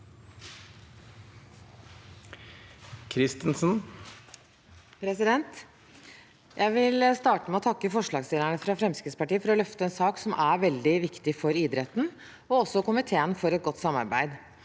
for sa- ken): Jeg vil starte med å takke forslagsstillerne fra Fremskrittspartiet for å løfte en sak som er veldig viktig for idretten, og også komiteen for et godt samarbeid.